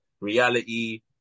reality